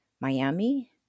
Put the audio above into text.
Miami